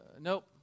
Nope